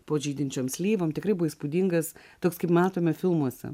po žydinčiom slyvom tikrai įspūdingas toks kaip matome filmuose